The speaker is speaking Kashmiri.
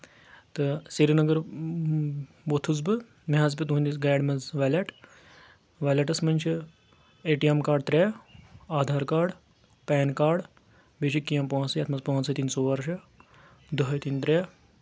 تہٕ سری نگر ووٚتھُس بہٕ مےٚ حظ پیوٚو تُہٕنٛدِس گاڑِ منٛز ویلیٹ ویلیٹَس منٛز چھِ اے ٹی ایم کاڑ ترٛےٚ آدھار کاڑ پین کاڑ بیٚیہِ چھِ کینٛہہ پونٛسہٕ یَتھ منٛز پانٛژھ ہیٚتنۍ ژور چھِ دُ ۂتِنۍ ترٛےٚ